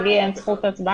כי לי אין זכות הצבעה.